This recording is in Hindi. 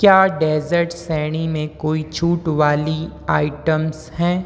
क्या डेसेर्ट श्रेणी में कोई छूट वाली आइटम्स हैं